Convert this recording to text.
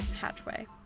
hatchway